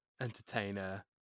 entertainer